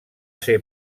ser